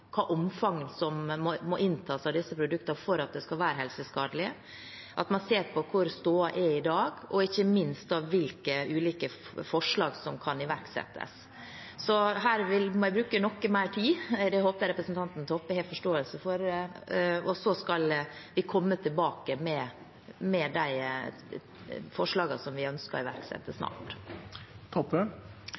som er stoda i dag, og ikke minst hvilke ulike forslag som kan iverksettes. Jeg må bruke noe mer tid – det håper jeg at representanten Toppe har forståelse for – og så skal vi komme tilbake med de forslagene vi ønsker å iverksette